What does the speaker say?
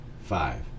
five